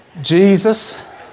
Jesus